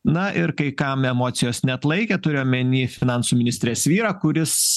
na ir kai kam emocijos neatlaikė turiu omeny finansų ministrės vyrą kuris